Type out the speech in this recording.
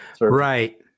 right